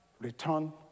return